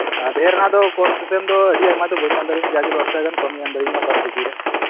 ᱟᱫᱷᱮ ᱨᱮᱱᱟᱜ ᱫᱚ ᱠᱚᱱᱥᱮᱥᱚᱱ ᱫᱚ ᱟᱹᱰᱤ ᱟᱭᱢᱟ ᱫᱚ ᱵᱟᱹᱧ ᱮᱢ ᱫᱟᱲᱮᱭᱟᱢᱟ ᱡᱟᱜᱮ ᱫᱚᱥ ᱴᱟᱠᱟ ᱜᱟᱱ ᱠᱚᱢᱮᱧ ᱮᱢ ᱫᱟᱲᱮᱭᱟᱢᱟ ᱯᱟᱨ ᱠᱮᱡᱤ ᱨᱮ